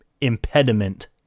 impediment